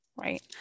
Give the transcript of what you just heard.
right